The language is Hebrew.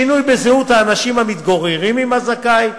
שינוי בזהות האנשים המתגוררים עם הזכאי,